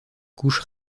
couche